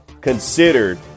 considered